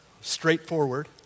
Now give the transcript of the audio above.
straightforward